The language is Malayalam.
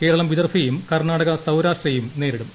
കേരളം വിദർഭയേയും കർണാടക സൌ്രാഷ്ട്രയേയും നേരിടും